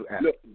Look